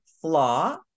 flaw